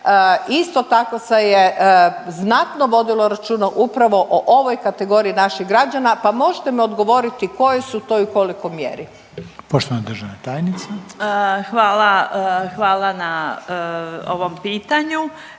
isto tako se je znatno vodilo računa upravo o ovoj kategoriji naših građana, pa možete mi odgovoriti koje su to i u kolikoj mjeri. **Reiner, Željko (HDZ)** Poštovana